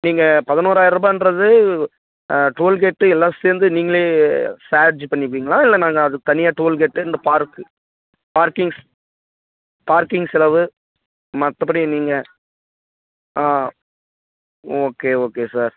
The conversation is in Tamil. நீங்கள் பதினொராயிரம் ரூபாய் என்கிறது டோல் கேட்டு எல்லாம் சேர்ந்து நீங்களே சார்ஜ் பண்ணிப்பீங்களா இல்லை நாங்கள் அதுக்கு தனியாக டோல் கெட்டு இந்த பார்க்கு பார்க்கிங் பார்க்கிங் செலவு மற்றபடி நீங்கள் ஓகே ஓகே சார்